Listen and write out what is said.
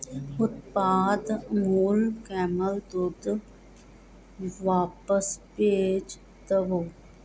ਉਤਪਾਦ ਅਮੂਲ ਕੈਮਲ ਦੁੱਧ ਵਾਪਸ ਭੇਜ ਦਵੋ